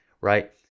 right